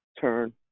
turn